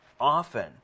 Often